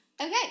Okay